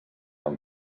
amb